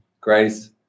Grace